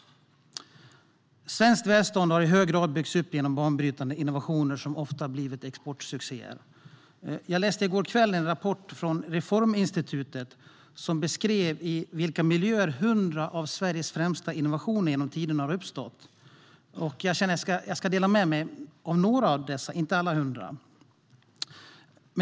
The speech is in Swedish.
Svenskt välstånd har i hög grad byggts upp genom banbrytande innovationer som ofta har blivit exportsuccéer. Jag läste i går kväll en rapport från Reforminstitutet som beskrev i vilka miljöer 100 av Sveriges främsta innovationer genom tiderna har uppstått. Jag ska dela med mig av några av dessa, inte alla 100.